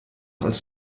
als